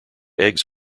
eggs